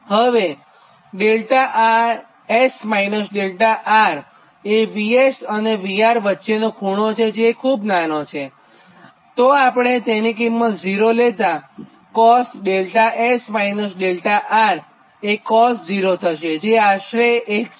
હવે 𝛿𝑆 − 𝛿𝑅 એ 𝑉𝑆 અને 𝑉𝑅 વચ્ચેનો ખૂણો છે જે ખૂબ નાનો છે તો આપણે તેની કિંમત ૦ લેતા cos𝛿𝑆 − 𝛿𝑅 એ cos ૦ થશે જે આશરે 1 છે